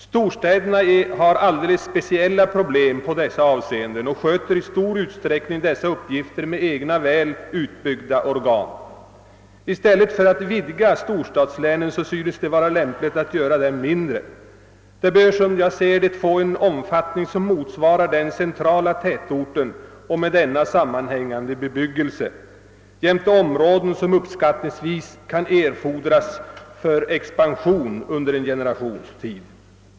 Storstäderna har alldeles speciella problem i dessa avseenden och sköter i stor utsträckning sådana uppgifter med egna, väl utbyggda organ. I stället för att vidga storstadslänen synes det vara lämpligt att göra dem mindre. De bör, som jag ser det, få en omfattning som motsvarar den centrala tätorten och med denna sammanhängande bebyggelse jämte områden som uppskattningsvis kan erfordras för expansion under en generations tid.